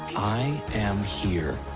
i am here.